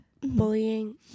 bullying